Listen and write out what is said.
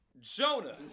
Jonah